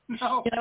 no